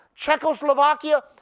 Czechoslovakia